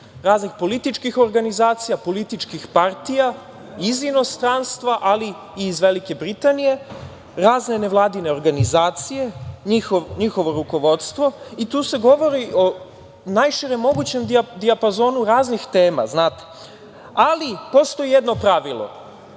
raznih političkih organizacija, političkih partija iz inostranstva, ali i iz Velike Britanije, razne nevladine organizacije, njihovo rukovodstvo. Tu se govori o najširem mogućem dijapazonu raznih tema. Ali, postoji jedno pravilo,